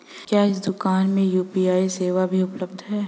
क्या इस दूकान में यू.पी.आई सेवा भी उपलब्ध है?